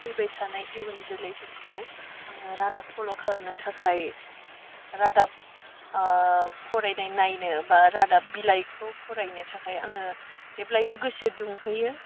फैबाय थानाय इयुन जोलैफोरखौ आङो रादाब फल' खालामनो थाखाय रादाब फरायनाय नायनो बा रादाब बिलाइखौ फरायनो थाखाय आङो जेब्लाबो गोसो दुंहोयो